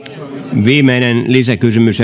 viimeinen lisäkysymys